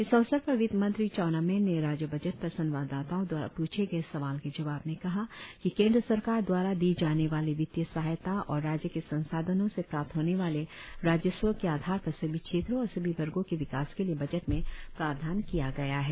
इस अवसर पर वित्तमंत्री चाऊना मैन ने राज्य बजट पर संवाददाताओं द्वारा पूछे गए सवाल के जवाब में कहा कि केंद्र सरकार द्वारा दी जाने वाली वित्तीय सहायता और राज्य के संसाधनों से प्राप्त होने वाले राजस्व के आधार पर सभी क्षेत्रों और सभी वर्गो के विकास के लिए बजट में प्रावधान किया गया है